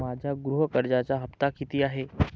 माझ्या गृह कर्जाचा हफ्ता किती आहे?